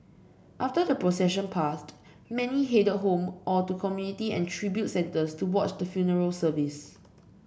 after the procession passed many headed home or to community and tribute centres to watch the funeral service